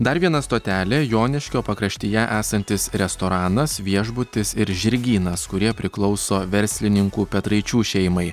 dar viena stotelė joniškio pakraštyje esantis restoranas viešbutis ir žirgynas kurie priklauso verslininkų petraičių šeimai